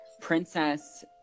Princess